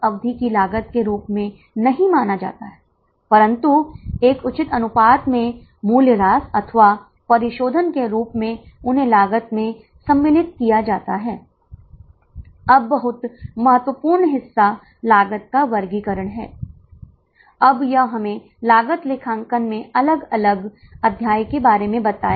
निश्चित लागत भागे क्योंकि इन मामलों में छात्रों की संख्या दी हुई है इसलिए हम निश्चित लागत भागे प्रति इकाई योगदान के लिए जाएंगे अब विक्रय मूल्य ज्ञात है जो कि 500 है इसलिए योगदान की गणना करें